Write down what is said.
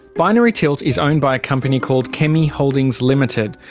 binary tilt is owned by a company called chemmi holdings limited.